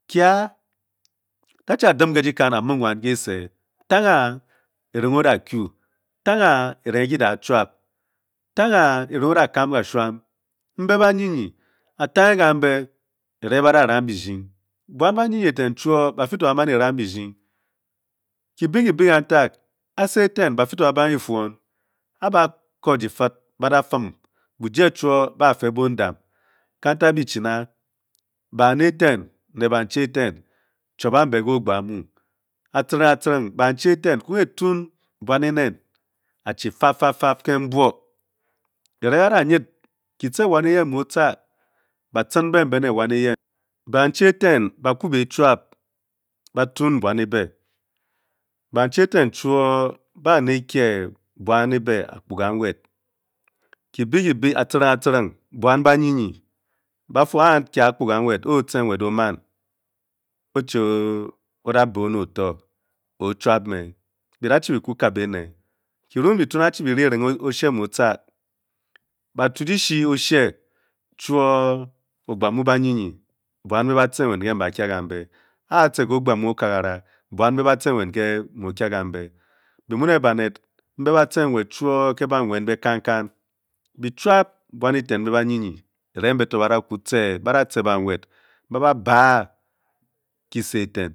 Kye, datca dim ke dyikan a-muong wan kese, tenghe a-erenghe o-da kye, tenghe a-erenghe ki da a-chuap, tenghe erenghe o-da kam kashuam, mmbe ba nyinyin, tenghe kambe erenghe ba da ram birding, buan ba nyinying e-tem oho o ba fi to ba man e-ram birding, kibe kibe kantag, ase e-fen ba fi to ba banghe e-fuon, a-ba kor dyifed ba da fuum, bu-je cho o ba fe bandam, kantag be chi na, bane-efen ne banchi e-ten chuabang be ke ogba a-mu, a-tcenyring a-tcenyring banchi eteng bi kuong e-tun buan e-nen, achi fab fab ke nbuo kyringhe a-da nyid ki tce wan eyen mo tca, ba tcen mbe mbe ne wan eyen, banchi e-ten ba ku be chuap ba tun buan e-be, banchi eten cho o ba ne e-kye buan e-be akpugha nwed, kibe kibe a-tcenyring a-tcenyring buan ba nyinyin, ba fu a-nki a akpugha nwed o-tce nwed o-man o-choo o-da beh oned o-to, o-chuap me, bi da chi be kwu kabe ene, kyirung bi kung achi be re kyiring oshe mu o-ka, ba tu dishi oshe cho o ogba mu ba nyinyin, buan mbe ba tce nwed ke mbe ba kye kambe, a-tce ke ogba mu okagara buan mbe ba tce nwed ke mu o-kye kambe, mbe mu ne baned mbe batce nwed cho o ke ba nwed mbe kankan, be chuap buan e-ten mbe banyinyin erenghe mbe to ba da kwu tce da tce ba nwed, ba ba bah kise eten.